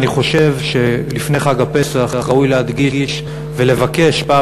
אני חושב שלפני חג הפסח ראוי להדגיש ולבקש פעם